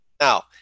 Now